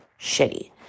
shitty